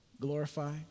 glorify